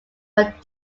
but